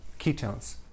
ketones